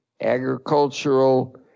agricultural